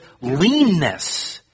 Leanness